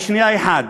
בשנייה אחת,